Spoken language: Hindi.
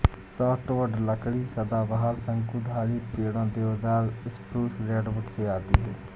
सॉफ्टवुड लकड़ी सदाबहार, शंकुधारी पेड़ों, देवदार, स्प्रूस, रेडवुड से आती है